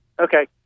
okay